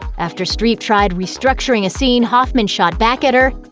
after streep tried re-structuring a scene, hoffman shot back at her,